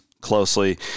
closely